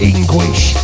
English